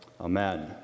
Amen